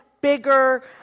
bigger